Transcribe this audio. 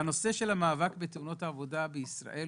הנושא של המאבק בתאונות העבודה בישראל,